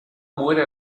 muere